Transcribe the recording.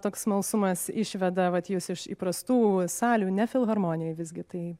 toks smalsumas išveda vat jus iš įprastų salių ne filharmonijoj visgi tai